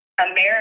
America